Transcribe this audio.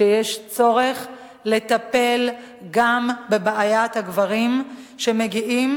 שיש צורך לטפל גם בבעיית הגברים שמגיעים,